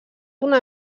una